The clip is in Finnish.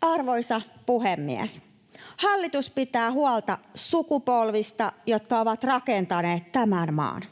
Arvoisa puhemies! Hallitus pitää huolta sukupolvista, jotka ovat rakentaneet tämän maan.